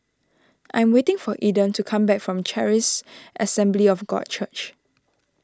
I am waiting for Eden to come back from Charis Assembly of God Church